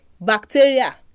bacteria